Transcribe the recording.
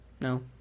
No